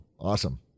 awesome